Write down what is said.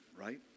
right